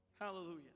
Hallelujah